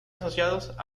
asociados